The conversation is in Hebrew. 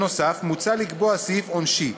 נוסף על כך מוצע לקבוע סעיף עונשי,